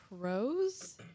pros